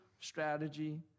strategy